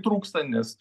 trūksta nes